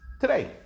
Today